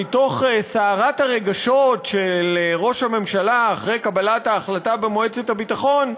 מתוך סערת הרגשות של ראש הממשלה אחרי קבלת ההחלטה במועצת הביטחון,